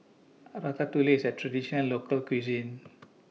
Ratatouille IS A Traditional Local Cuisine